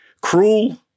cruel